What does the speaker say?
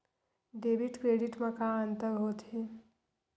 Debit credit मा का अंतर होत हे?